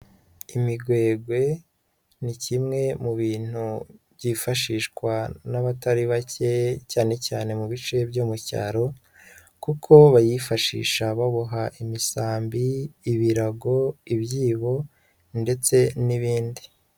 Imigwegwe ni kimwe mu bintu byifashishwa n'abatari bake cyane cyane mu bice byo mu cyaro, kuko bayifashisha baboha imisambi, ibirago, ibyibo ndetse n'ibindi.